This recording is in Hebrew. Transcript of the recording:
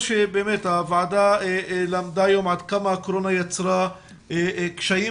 הוועדה למדה היום עד כמה הקורונה יצרה קשיים